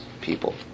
people